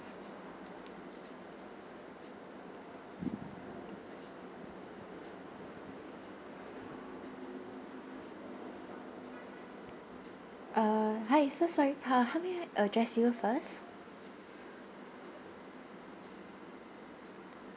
uh hi so sorry uh how may I address you first